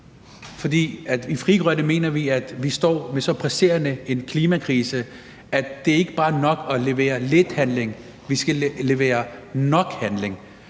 For i Frie Grønne mener vi, at vi står med så presserende en klimakrise, at det ikke er nok bare at levere lidt handling, men at vi skal levere nok handling.